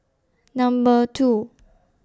Number two